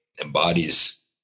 embodies